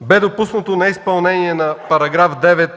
Бе допуснато неизпълнение на § 9,